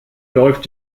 läuft